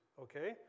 okay